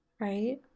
right